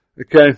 Okay